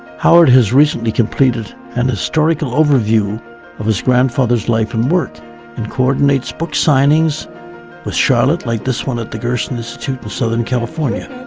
howard has recently completed an historical overview of his grandfather's life and work and coordinates book signings with charlotte like this on the gerson institute in southern california.